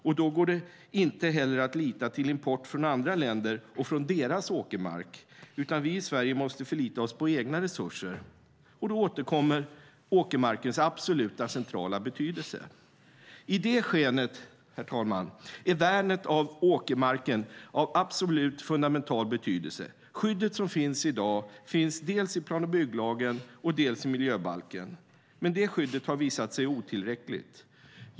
Det går då inte heller att lita till import från andra länder och från deras åkermark, utan vi i Sverige måste förlita oss på egna resurser. Då återkommer åkermarkens absolut centrala betydelse. Herr talman! I det skenet är värnet av åkermarken av absolut fundamental betydelse. Skyddet som finns i dag finns dels i plan och bygglagen, dels i miljöbalken. Men det skyddet har visat sig otillräckligt.